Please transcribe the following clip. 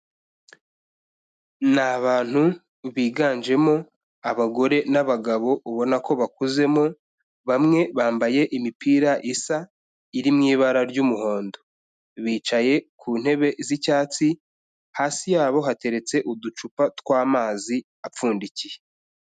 Ni abantu biganjemo abagore n'abagabo ubona ko bakuzemo, bamwe bambaye imipira isa iri mu ibara ry'umuhondo. Bicaye ku ntebe z'icyatsi hasi yabo hateretse uducupa tw'amazi apfundikiye.